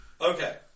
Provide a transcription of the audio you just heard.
Okay